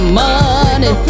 money